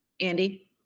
Andy